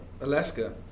Alaska